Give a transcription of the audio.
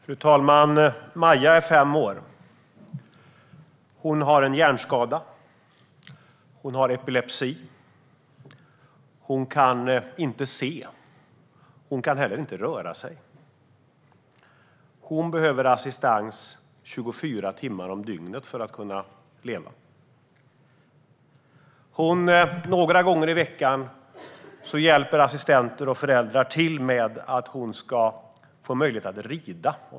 Fru talman! Maja är fem år. Hon har en hjärnskada, epilepsi. Hon kan inte se. Hon kan heller inte röra sig. Hon behöver assistans 24 timmar om dygnet för att kunna leva. Några gånger i veckan hjälper assistenter och föräldrar till för att ge henne möjlighet att rida.